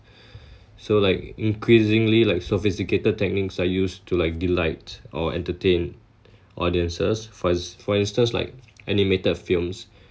so like increasingly like sophisticated techniques are used to like delight or entertain audiences for ins~ for instance like animated films